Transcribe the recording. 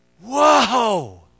Whoa